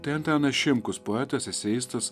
tai antanas šimkus poetas eseistas